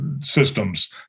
systems